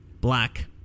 black